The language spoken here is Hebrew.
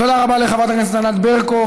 תודה רבה לחברת הכנסת ענת ברקו.